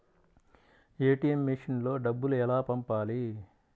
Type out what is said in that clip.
ATM మెషిన్లో డబ్బులు ఎలా పంపాలి?